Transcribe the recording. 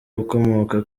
ukomoka